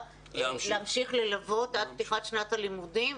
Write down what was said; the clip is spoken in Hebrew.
להמשיך ללוות עד פתיחת שנת הלימודים,